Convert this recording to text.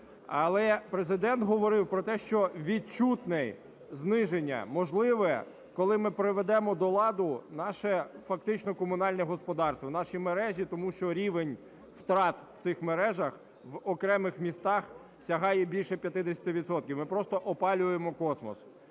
Але Президент говорив про те, що відчутне зниження можливе, коли ми приведемо до ладу наше фактично комунальне господарство, наші мережі. Тому що рівень втрат в цих мережах в окремих містах сягає більше 50 відсотків, ми просто опалюємо космос.